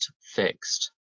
fixed